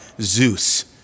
Zeus